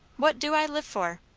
what do i live for?